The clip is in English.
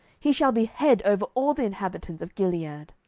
he shall be head over all the inhabitants of gilead.